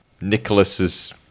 Nicholas's